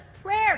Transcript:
prayer